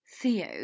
Theo